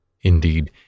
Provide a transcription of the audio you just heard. Indeed